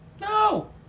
No